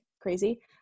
crazy